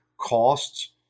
costs